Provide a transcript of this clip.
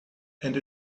and